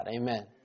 Amen